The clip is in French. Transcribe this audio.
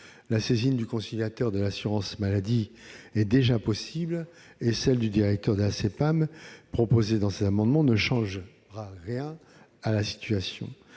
La saisine du conciliateur de l'assurance maladie est déjà possible et celle du directeur de la CPAM, proposée dans ces amendements, ne changera rien à la situation.